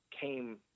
came